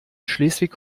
schleswig